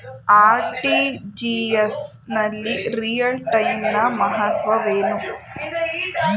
RTGS ನಲ್ಲಿ real time ನ ಮಹತ್ವವೇನು?